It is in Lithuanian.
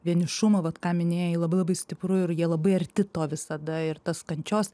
vienišumo vat ką minėjai labai labai stipru ir jie labai arti to visada ir tas kančios